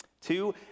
two